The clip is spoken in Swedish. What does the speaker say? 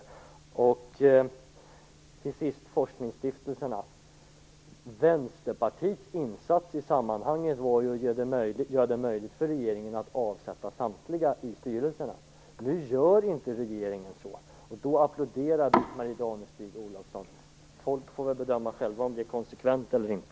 Till sist skall jag säga något om forskningsstiftelserna. Vänsterpartiets insats i sammanhanget var ju att göra det möjligt för regeringen att avsätta samtliga i styrelserna. Nu gör inte regeringen det, och då applåderar Britt-Marie Danestig-Olofsson. Folk får väl själva bedöma om det är konsekvent eller inte.